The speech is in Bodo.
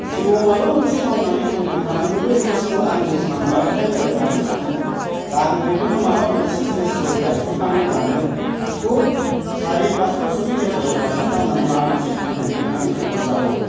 जिउआव माबा मोनसे मावनानै थांनानै थानांगौ बे जिनिसखौ आङो सानबाय थायो आरो दाबो सानो दा आङो बेखौनो माबा मोनसे जिनिसखौ गायसननानै लानो खुब सारि फास बोसोरनि गेजेराव गायसनथारनानै माबा मोनसे थांनानै थानायनि अबस्ताखौ